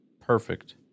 Perfect